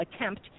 attempt